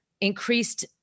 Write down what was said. increased